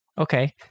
Okay